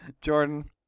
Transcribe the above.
Jordan